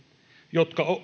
jotka